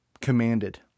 commanded